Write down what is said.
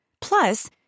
Plus